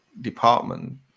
department